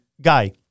guy